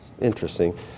Interesting